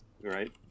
right